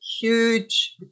huge